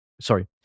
Sorry